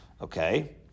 Okay